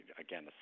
again